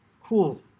cool